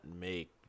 make